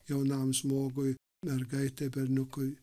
jaunam žmogui mergaitė berniukui